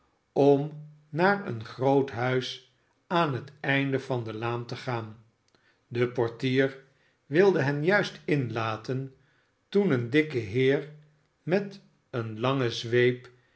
om naar een groot huis aan het einde van de laan te gaan de portier wilde hen juist inlaten toen een dikke heer met een lange zweep